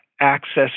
access